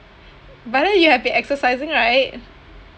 but then you have been exercising right